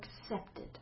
accepted